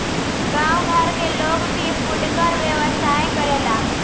गांव घर में लोग भी फुटकर व्यवसाय करेला